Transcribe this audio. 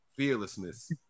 Fearlessness